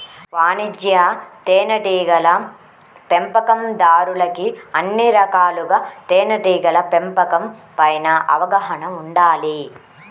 వాణిజ్య తేనెటీగల పెంపకందారులకు అన్ని రకాలుగా తేనెటీగల పెంపకం పైన అవగాహన ఉండాలి